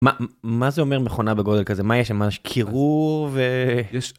מה זה אומר מכונה בגודל כזה? מה יש שם? קירור.